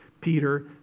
Peter